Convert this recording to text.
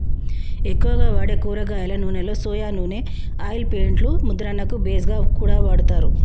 ఎక్కువగా వాడే కూరగాయల నూనెలో సొయా నూనె ఆయిల్ పెయింట్ లు ముద్రణకు బేస్ గా కూడా వాడతారు